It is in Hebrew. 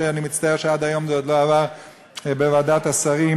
ואני מצטער שעד היום זה עוד לא עבר בוועדת השרים,